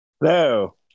Hello